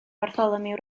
bartholomew